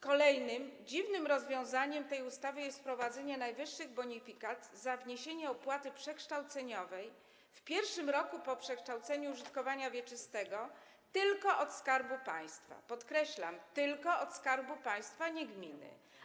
Kolejnym dziwnym rozwiązaniem tej ustawy jest wprowadzenie najwyższych bonifikat za wniesienie opłaty przekształceniowej w pierwszym roku po przekształceniu użytkowania wieczystego tylko od Skarbu Państwa, podkreślam: tylko od Skarbu Państwa, nie gminy.